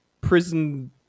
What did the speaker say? prison